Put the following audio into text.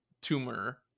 tumor